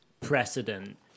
precedent